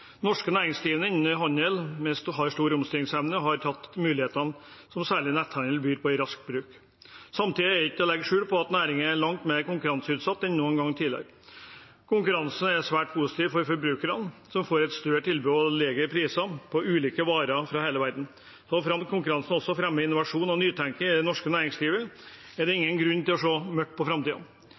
Norske næringsdrivende innenfor handel har stor omstillingsevne og har tatt mulighetene som særlig netthandel byr på, raskt i bruk. Samtidig er det ikke til å legge skjul på at næringen er langt mer konkurranseutsatt enn noen gang tidligere. Konkurransen er svært positiv for forbrukerne, som får et større tilbud og lavere priser på ulike varer fra hele verden, og så fremt konkurransen også fremmer innovasjon og nytenking i det norske næringslivet, er det ingen grunn til å se mørkt på